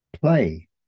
play